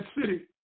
city